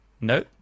no